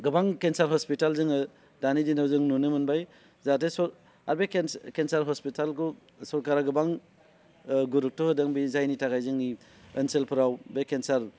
गोबां cancer hospital जोङो दानि दिनाव जों नुनो मोनबाय जाहाथे आरो बे केन्सार हस्पिटालखौ सरखारा गोबां गुरुत्त' होदों बे जायनि थाखाय जोंनि ओनसोलफोराव बे केन्सार